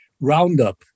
Roundup